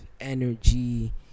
energy